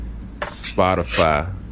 spotify